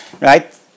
right